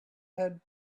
had